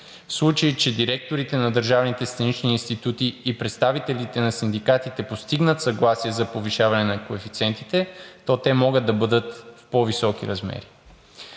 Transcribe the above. сценични институти и представителите на синдикатите постигнат съгласие за повишаване на коефициентите, то те могат да бъдат в по-високи размери.